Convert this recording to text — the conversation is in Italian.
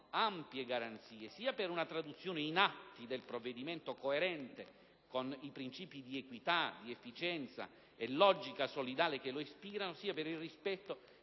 ampie garanzie, sia per una traduzione in atti del provvedimento, coerente con i principi di equità, efficienza e logica solidale che lo ispirano, sia per il rispetto